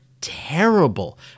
terrible